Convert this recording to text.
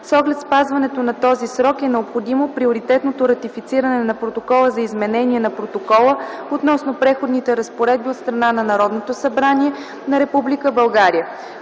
С оглед спазването на този срок е необходимо приоритетното ратифициране на Протокола за изменение на Протокола относно Преходните разпоредби от страна на Народното събрание на